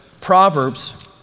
Proverbs